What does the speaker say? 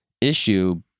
issue